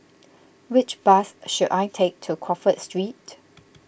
which bus should I take to Crawford Street